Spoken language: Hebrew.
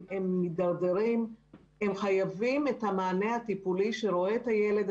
הם חייבים את המענה הטיפולי שרואה את הילד,